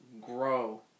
grow